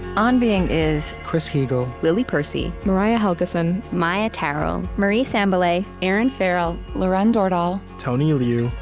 on being is chris heagle, lily percy, mariah helgeson, maia tarrell, marie sambilay, erinn farrell, lauren dordal, tony liu,